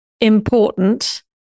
important